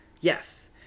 Yes